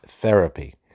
therapy